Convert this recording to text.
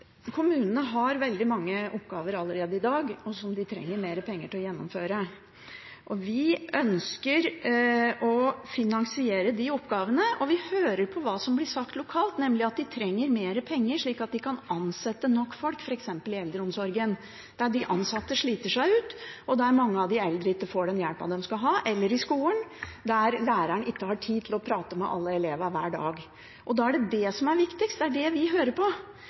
Kommunene har allerede i dag veldig mange oppgaver, som de trenger mer penger til å gjennomføre. Vi ønsker å finansiere de oppgavene, og vi hører på hva som blir sagt lokalt, nemlig at de trenger mer penger slik at de kan ansette nok folk, f.eks. i eldreomsorgen – der de ansatte sliter seg ut, og der mange av de eldre ikke får den hjelpen de skal ha – eller i skolen, der læreren ikke har tid til å prate med alle elevene hver dag. Da er det det som er viktigst. Det er det vi hører på.